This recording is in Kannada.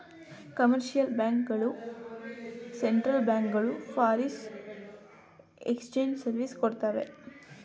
ಕಮರ್ಷಿಯಲ್ ಬ್ಯಾಂಕ್ ಗಳು ಸೆಂಟ್ರಲ್ ಬ್ಯಾಂಕ್ ಗಳು ಫಾರಿನ್ ಎಕ್ಸ್ಚೇಂಜ್ ಸರ್ವಿಸ್ ಕೊಡ್ತವೆ